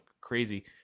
crazy